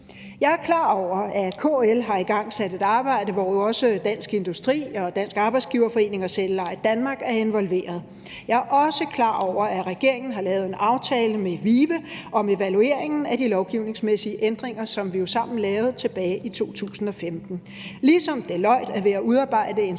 Jeg er klar over, at KL har igangsat et arbejde, hvor også Dansk Industri, Dansk Arbejdsgiverforening og Selveje Danmark er involveret. Jeg er også klar over, at regeringen har lavet en aftale med VIVE om evalueringen af de lovgivningsmæssige ændringer, som vi jo sammen lavede tilbage i 2015 – ligesom Deloitte er ved at udarbejde en skabelon